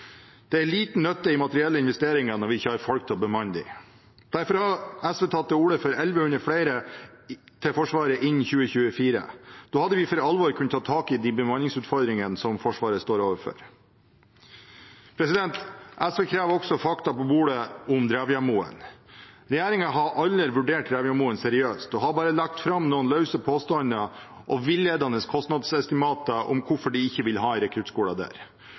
Det er liten nytte i materielle investeringer når vi ikke har folk til å bemanne dem. Derfor har SV tatt til orde for 1 100 flere folk til Forsvaret innen 2024. Da hadde vi for alvor kunnet ta tak i de bemanningsutfordringene som Forsvaret står overfor. SV krever fakta på bordet om Drevjamoen. Regjeringen har aldri vurdert Drevjamoen seriøst, og har bare lagt fram noen løse påstander og villedende kostnadsestimater om hvorfor de ikke vil ha rekruttskolen der.